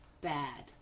bad